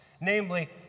namely